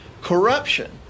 corruption